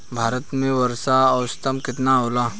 भारत में वर्षा औसतन केतना होला?